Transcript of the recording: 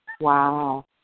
Wow